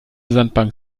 sandbank